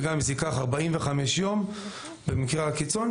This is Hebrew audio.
וגם אם זה ייקח 45 יום במקרה הקיצון,